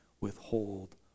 withhold